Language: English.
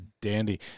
dandy